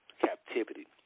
captivity